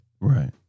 right